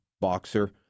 boxer